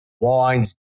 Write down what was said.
Wines